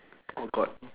oh god